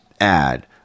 add